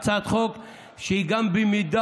הצעת חוק שהיא גם במידה,